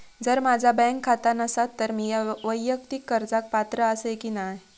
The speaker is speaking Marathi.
जर माझा बँक खाता नसात तर मीया वैयक्तिक कर्जाक पात्र आसय की नाय?